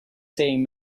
saying